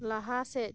ᱞᱟᱦᱟ ᱥᱮᱫ